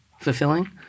fulfilling